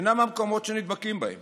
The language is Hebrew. אינם המקומות שנדבקים בהם